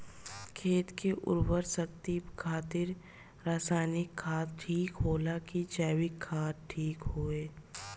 खेत के उरवरा शक्ति खातिर रसायानिक खाद ठीक होला कि जैविक़ ठीक होई?